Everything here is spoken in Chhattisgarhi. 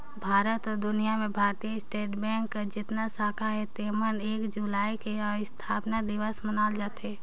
भारत अउ दुनियां में भारतीय स्टेट बेंक कर जेतना साखा अहे तेमन में एक जुलाई के असथापना दिवस मनाल जाथे